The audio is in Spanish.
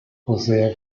posee